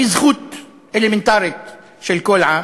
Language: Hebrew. וזו זכות אלמנטרית של כל עם,